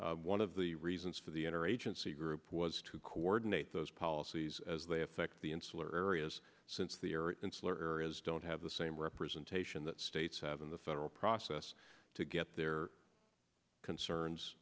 missions one of the reasons for the inner agency group was to coordinate those policies as they affect the insular areas since the air in slur is don't have the same representation that states have in the federal process to get their concerns